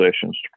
sessions